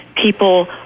people